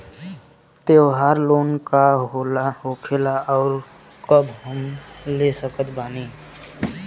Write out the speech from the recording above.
त्योहार लोन का होखेला आउर कब हम ले सकत बानी?